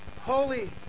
holy